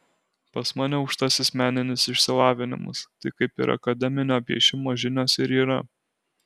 pas mane aukštasis meninis išsilavinimas tai kaip ir akademinio piešimo žinios ir yra